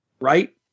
right